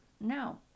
No